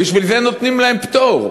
בשביל זה נותנים להם פטור.